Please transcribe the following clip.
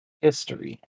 History